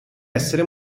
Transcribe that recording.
essere